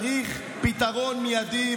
צריך פתרון מיידי,